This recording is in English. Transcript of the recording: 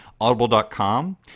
audible.com